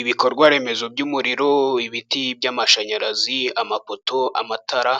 Ibikorwaremezo by'umuriro , ibiti by'amashanyarazi , amapoto , amatara